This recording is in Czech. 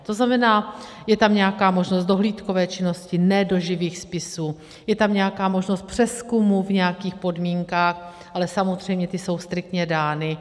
To znamená, je tam nějaká možnost dohlídkové činnosti, ne do živých spisů, je tam nějaká možnost přezkumu v nějakých podmínkách, ale samozřejmě ty jsou striktně dány.